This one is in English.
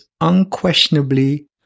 unquestionably